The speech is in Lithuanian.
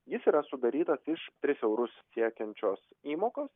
jis yra sudarytas iš tris eurus siekiančios įmokos